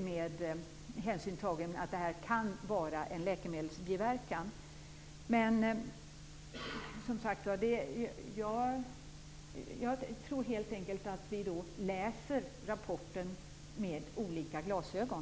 med hänsyn tagen till att det kan föreligga en läkemedelsbiverkan. Som sagt, jag tror helt enkelt att vi läser rapporten med olika glasögon.